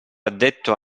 addetto